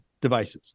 devices